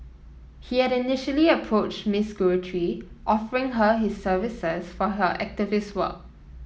he had initially approached Miss Guthrie offering her his services for her activist work